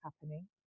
happening